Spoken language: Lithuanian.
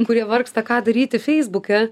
kurie vargsta ką daryti feisbuke